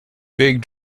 big